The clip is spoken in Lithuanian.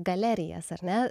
galerijas ar ne